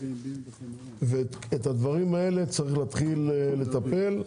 ואת הדברים האלה צריך להתחיל לטפל.